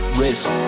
risk